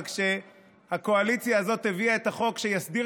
אבל כשהקואליציה הזאת הביאה את החוק שיסדיר